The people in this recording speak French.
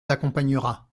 accompagnera